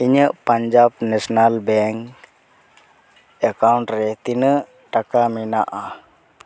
ᱤᱧᱟᱹᱜ Punjab national bank account ᱨᱮ ᱛᱤᱱᱟᱹᱜ ᱴᱟᱠᱟ ᱢᱮᱱᱟᱜᱼᱟ